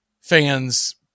fans